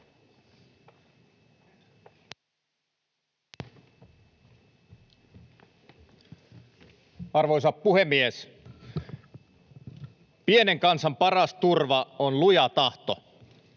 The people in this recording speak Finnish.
Arvoisa puhemies! Pienen kansan paras turva on luja tahto.